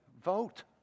vote